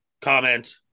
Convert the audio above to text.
comment